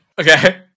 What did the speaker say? Okay